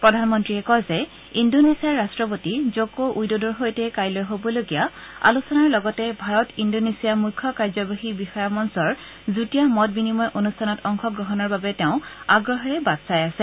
প্ৰধানমন্ত্ৰীয়ে কয় যে ইণ্ডোনেছিয়াৰ ৰাট্টপতি জকো উইডোডোৰ সৈতে কাইলৈ হ বলগীয়া আলোচনাৰ লগতে ভাৰত ইণ্ডোনেছিয়া মুখ্য কাৰ্যবাহী বিষয়া মঞ্চৰ যুটীয়া মত বিনিময় অনুষ্ঠানত অংশ গ্ৰহণৰ বাবে তেওঁ আগ্ৰহেৰে বাট চাই আছে